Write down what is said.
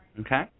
Okay